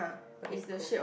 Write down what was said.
okay cool